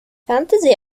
fantasy